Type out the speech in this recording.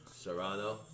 Serrano